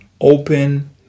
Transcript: open